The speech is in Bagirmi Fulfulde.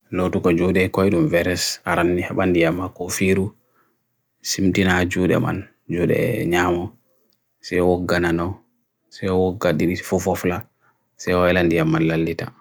noutuko jode koidum virus aran nyibandiyama kofiru simtina jode man jode nyamo se oggana no se ogga dini fofofla se o elandiyama lalita